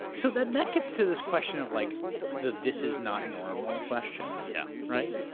so then that gets to this question of. like the this is not normal question. yeah. right?